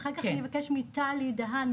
ואחר כך אני אבקש מטלי דהן,